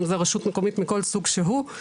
אם זו רשות מקומית מכל סוג שהוא,